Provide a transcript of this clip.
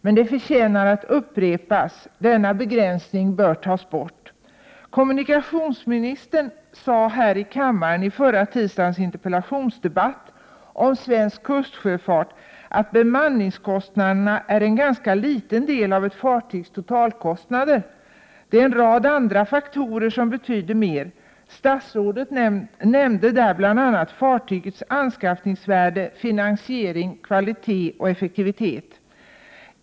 Men det förtjänar att upprepas att denna begränsning bör tas bort. Kommunikationsministern sade i kammaren i förra tisdagens interpellationsdebatt om svensk kustsjöfart, att bemanningskostnaderna är en ganska liten del av ett fartygs totalkostnader. Det är en rad andra faktorer som betyder mer. Statsrådet nämnde där bl.a. fartygets anskaffningsvärde, finansiering, kvalitet och effektivitet.